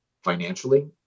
financially